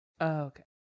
okay